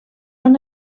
han